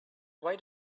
why